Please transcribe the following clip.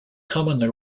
commonly